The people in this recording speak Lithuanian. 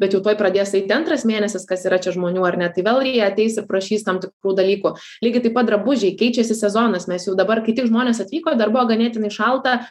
bet jau tuoj pradės eiti antras mėnesis kas yra čia žmonių ar ne tai vėl ir jie ateis ir prašys tam tikrų dalykų lygiai taip pat drabužiai keičiasi sezonas mes jau dabar kai tik žmonės atvyko dar buvo ganėtinai šalta